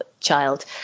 child